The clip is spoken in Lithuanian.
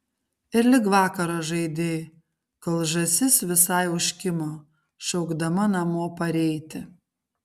ir lig vakaro žaidei kol žąsis visai užkimo šaukdama namo pareiti